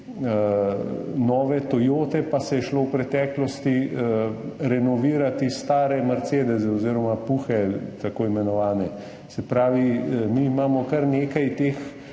nove toyote, pa se je šlo v preteklosti renovirati stare mercedese oziroma tako imenovane puche. Se pravi, mi imamo kar nekaj teh